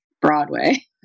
Broadway